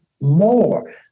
more